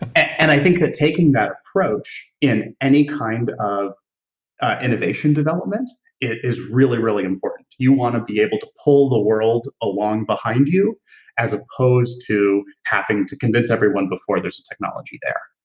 and i think that taking that approach in any kind of ah innovation development, it is really, really important. you want to be able to pull the world along behind you as opposed to having to convince everyone before there was technology there.